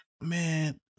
man